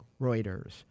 Reuters